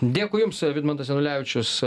dėkui jums vidmantas janulevičius